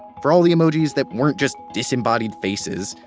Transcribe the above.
for all the emojis that weren't just disembodied faces,